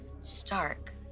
Stark